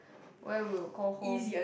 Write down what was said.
where we'll call home